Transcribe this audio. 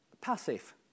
passive